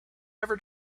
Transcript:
ever